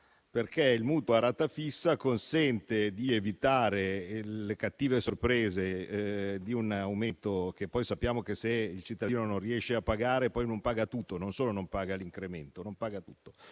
perché il mutuo a rata fissa consente di evitare le cattive sorprese di un aumento. Sappiamo che, se il cittadino non riesce a pagare, poi non solo non paga l'incremento, ma non paga